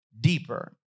deeper